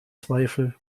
zweifel